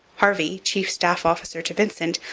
harvey, chief staff officer to vincent,